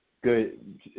good